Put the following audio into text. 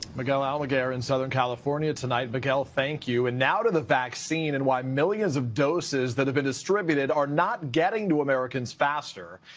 miguel almaguer, in southern california, tonight. miguel, thank you. and now, to the vaccine, and why millions of doses that have been distributed are not getting to americans faster.